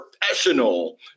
professional